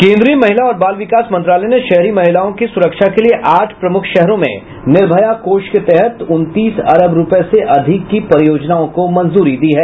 केन्द्रीय महिला और बाल विकास मंत्रालय ने शहरी महिलाओं की सुरक्षा के लिये आठ प्रमुख शहरों में निर्भया कोष के तहत उनतीस अरब रुपये से अधिक की परियोजनाओं को मंजूरी दी है